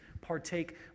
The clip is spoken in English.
partake